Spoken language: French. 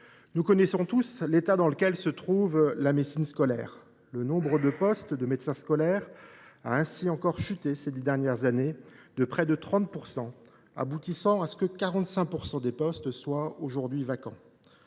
nous connaissons tous l’état dans lequel se trouve la médecine scolaire. Le nombre de postes de médecins scolaires a ainsi encore chuté ces dix dernières années de près de 30 %, avec pour conséquence que 45 % des postes sont aujourd’hui vacants.